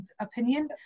opinion